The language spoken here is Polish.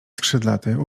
skrzydlaty